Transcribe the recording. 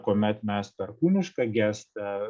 kuomet mes per kūnišką gestą